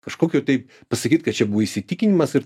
kažkokio tai pasakyt kad čia buvo įsitikinimas ir